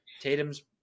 Tatum's